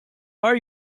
are